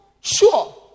sure